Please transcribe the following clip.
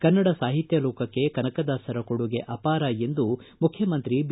ಕನ್ನಡ ಸಾಹಿತ್ಯ ಲೋಕಕ್ಕೆ ಕನಕದಾಸರ ಕೊಡುಗೆ ಅಪಾರ ಎಂದು ಮುಖ್ಯಮಂತ್ರಿ ಬಿ